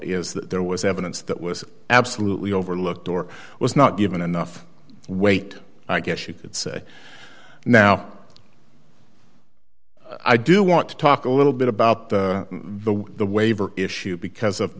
is that there was evidence that was absolutely overlooked or was not given enough weight i guess you could say now i do want to talk a little bit about the waiver issue because